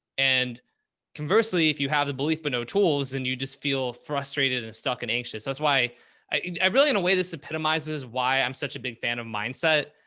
and conversely, if you have the belief, but no tools and you just feel frustrated and stuck and anxious. that's why i really, in a way, this epitomizes, why i'm such a big fan of mindset,